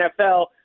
NFL